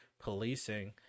policing